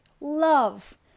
Love